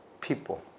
people